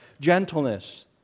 gentleness